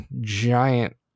giant